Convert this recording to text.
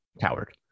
coward